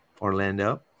Orlando